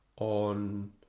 on